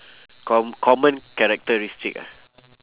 com~ common characteristic ah